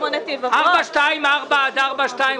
שאלות שאשאל אותך למה את מאפשרת.